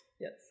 Yes